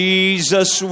Jesus